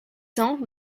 cents